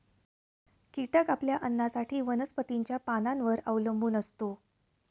कीटक आपल्या अन्नासाठी वनस्पतींच्या पानांवर अवलंबून असतो